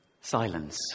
Silence